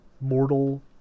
mortal